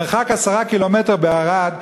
מרחק 10 קילומטרים מערד,